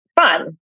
fun